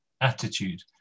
attitude